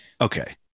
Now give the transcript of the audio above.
Okay